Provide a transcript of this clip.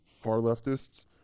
far-leftists